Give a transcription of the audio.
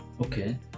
Okay